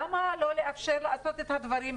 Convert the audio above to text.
למה לא לאפשר לעשות את הדברים?